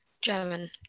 German